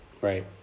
Right